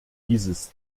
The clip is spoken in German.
dieses